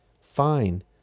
fine